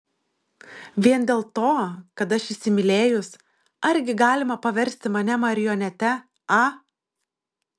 vien dėl to kad aš įsimylėjus argi galima paversti mane marionete a